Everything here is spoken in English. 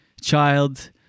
child